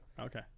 okay